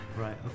Right